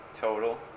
total